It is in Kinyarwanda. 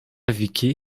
vicky